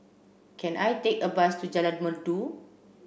can I take a bus to Jalan Merdu